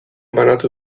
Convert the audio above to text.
banatu